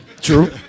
True